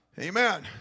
Amen